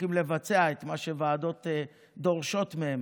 וצריכים לבצע את מה שוועדות דורשות מהם,